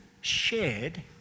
shared